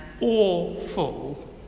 awful